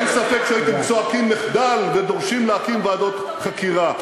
אין ספק שהייתם צועקים "מחדל" ודורשים להקים ועדות חקירה.